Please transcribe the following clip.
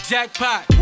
Jackpot